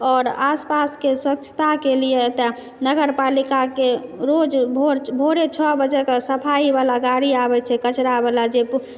आओर आसपासके स्वच्छताके लिए तऽ नगरपालिकाके रोज भोर भोरे छओ बजेकऽ सफाइवला गाड़ी आबैत छै कचरावला जे